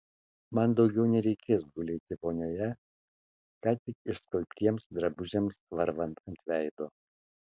man daugiau nereikės gulėti vonioje ką tik išskalbtiems drabužiams varvant ant veido